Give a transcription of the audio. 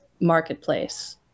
marketplace